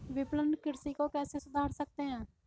विपणन कृषि को कैसे सुधार सकते हैं?